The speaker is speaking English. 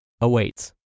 awaits